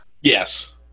Yes